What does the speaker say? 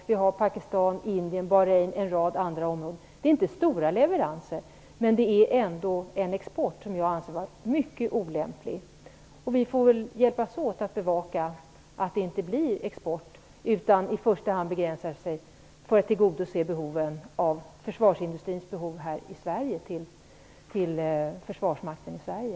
Dessutom har vi Pakistan, Indien, Bahrein och en rad andra områden. Det är inte fråga om stora leveranser. Men det är ändå en export, och jag anser denna vara mycket olämplig. Vi får väl hjälpas åt med bevakningen så att det inte blir export, utan så att man i första hand, för att tillgodose svenska försvarsindustrins behov, begränsar sig till försvarsmakten i Sverige.